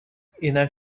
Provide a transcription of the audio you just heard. اینم